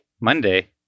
Monday